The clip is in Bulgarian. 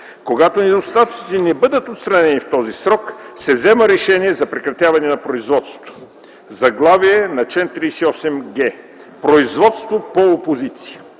Когато недостатъците не бъдат отстранени в този срок, се взема решение за прекратяване на производството. Производство по опозиция